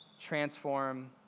transform